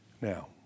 Now